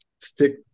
stick